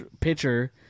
pitcher